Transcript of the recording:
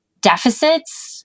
deficits